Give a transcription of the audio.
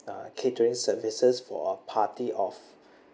uh catering services for a party of